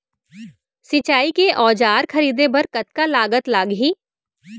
सिंचाई के औजार खरीदे बर कतका लागत लागही?